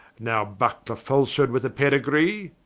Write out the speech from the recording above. now buckler falsehood with a pedigree?